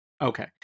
okay